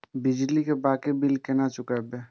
बिजली की बाकी बील केना चूकेबे?